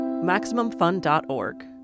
MaximumFun.org